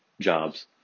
jobs